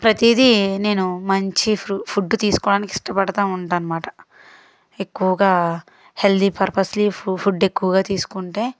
ప్రతిదీ నేను మంచి ఫ్రూ ఫుడ్ తీసుకోవడానికి ఇష్టపడతు ఉంటా అన్నమాట ఎక్కువగా హెల్తీ పర్పస్లి ఫు ఫుడ్ ఎక్కువగా తీసుకుంటే